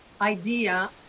idea